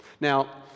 Now